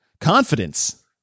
confidence